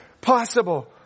possible